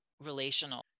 relational